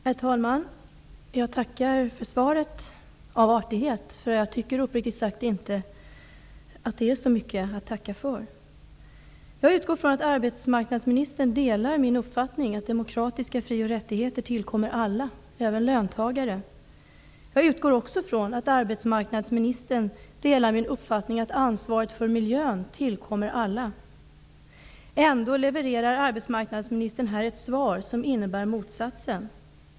Herr talman! Jag tackar för svaret av artighet. Jag tycker uppriktigt sagt inte att det är så mycket att tacka för. Jag utgår ifrån att arbetsmarknadsministern delar min uppfattning att demokratiska fri och rättigheter tillkommer alla, även löntagare. Jag utgår också ifrån att arbetsmarknadsministern delar min uppfattning att ansvaret för miljön tillkommer alla. Ändå levererar arbetsmarknadsministern här ett svar som innebär motsatsen.